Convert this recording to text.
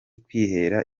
kwihera